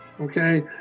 okay